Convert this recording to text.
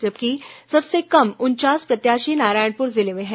जबकि सबसे कम उनचास प्रत्याशी नारायणपुर जिले में हैं